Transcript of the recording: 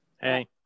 Hey